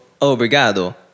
obrigado